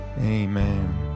Amen